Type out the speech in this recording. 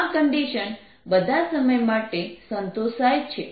આ કન્ડિશન બધા સમય માટે સંતોષાય છે